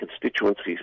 constituencies